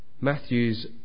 Matthew's